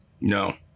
No